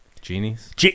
Genies